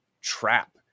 trap